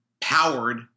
powered